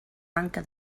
manca